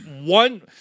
one